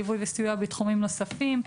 ליווי וסיוע בתחומים נוספים,